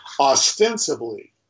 ostensibly